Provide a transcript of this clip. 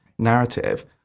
narrative